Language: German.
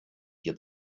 dir